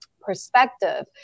perspective